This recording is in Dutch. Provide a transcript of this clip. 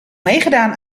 meegedaan